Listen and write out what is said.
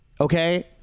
Okay